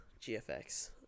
GFX